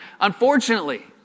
unfortunately